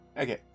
Okay